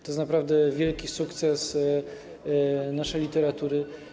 To jest naprawdę wielki sukces naszej literatury.